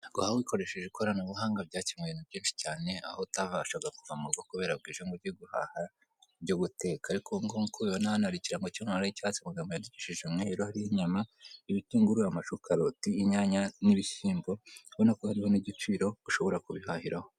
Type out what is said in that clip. Akazu gacururizwamo gatangirwamo serivise z'itumanaho kari mu ibara ry'umutuku ikirangantego cya eyeteri ndetse ahatangirwa serivise z'itumanaho.